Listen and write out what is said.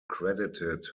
credited